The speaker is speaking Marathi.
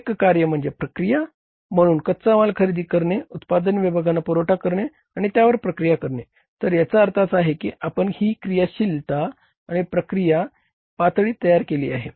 एक कार्य म्हणजे प्रक्रिया म्हणून कच्चा माल खरेदी करणे उत्पादन विभागांना पुरवठा करणे आणि त्यावर प्रक्रिया करणे तर याचा अर्थ असा आहे की आपण ही क्रियाशीलता आणि प्रक्रिया पातळी तयार केली आहे